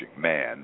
man